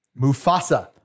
Mufasa